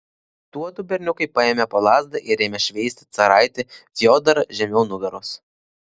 tuodu berniukai paėmė po lazdą ir ėmė šveisti caraitį fiodorą žemiau nugaros